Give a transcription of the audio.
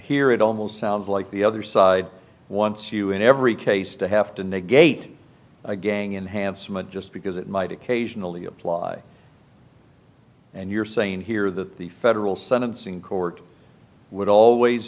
here it almost sounds like the other side wants you in every case to have to negate a gang in handsome a just because it might occasionally apply and you're saying here that the federal sentencing court would always